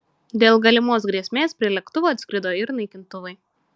dėl galimos grėsmės prie lėktuvo atskrido ir naikintuvai